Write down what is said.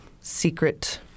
secret